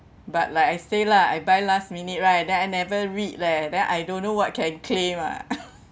but like I say lah I buy last minute right then I never read leh then I don't know what can claim ah